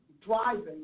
driving